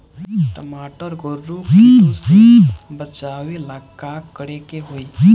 टमाटर को रोग कीटो से बचावेला का करेके होई?